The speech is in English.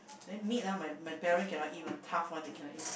then meat ah my my parent cannot eat [one] tough [one] they cannot eat